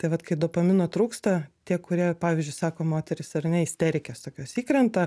tai vat kai dopamino trūksta tie kurie pavyzdžiui sako moterys ar ne isterikės tokios įkrenta